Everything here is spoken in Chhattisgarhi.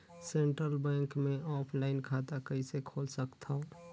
सेंट्रल बैंक मे ऑफलाइन खाता कइसे खोल सकथव?